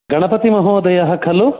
गणपतिमहोदयः खलु